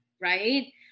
right